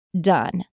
done